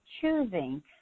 choosing